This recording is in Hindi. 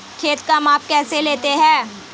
खेत का माप कैसे लेते हैं?